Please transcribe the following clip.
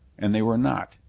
and they were not.